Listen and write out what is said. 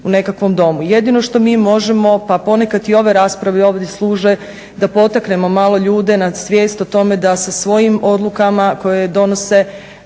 u nekakvom domu. Jedino što mi možemo pa ponekad i ove rasprave ovdje služe da potaknemo malo ljude na svijest o tome da sa svojim odlukama koje donose